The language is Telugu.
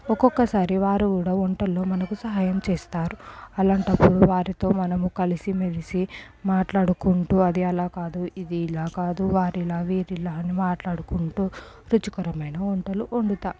ఒక్కొక్కసారి వారు కూడా వంటల్లో సహాయం చేస్తారు అలాంటప్పుడు వారితో మనము కలిసి మెలిసి మాట్లాడుకుంటూ అది అలా కాదు ఇది ఇలా కాదు వారిలా వీరిలా అని మాట్లాడుకుంటూ రుచికరమైన వంటలు వండుతాము